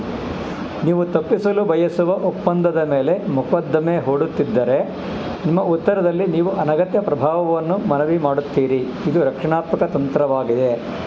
ನೀವು ತಪ್ಪಿಸಲು ಬಯಸುವ ಒಪ್ಪಂದದ ಮೇಲೆ ಮೊಕದ್ದಮೆ ಹೂಡುತ್ತಿದ್ದರೆ ನಿಮ್ಮ ಉತ್ತರದಲ್ಲಿ ನೀವು ಅನಗತ್ಯ ಪ್ರಭಾವವನ್ನು ಮನವಿ ಮಾಡುತ್ತೀರಿ ಇದು ರಕ್ಷಣಾತ್ಮಕ ತಂತ್ರವಾಗಿದೆ